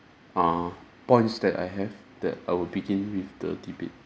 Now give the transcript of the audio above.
points that I have that I will begin with the debate